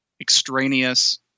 extraneous